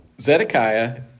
Zedekiah